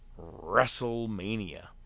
WrestleMania